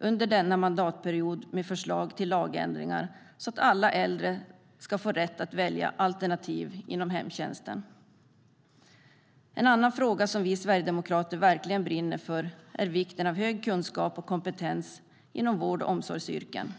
under denna mandatperiod med förslag till lagändringar så att alla äldre ska få rätt att välja alternativ inom hemtjänsten. En annan fråga som vi sverigedemokrater verkligen brinner för är vikten av hög kunskap och kompetens inom vård och omsorgsyrken.